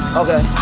okay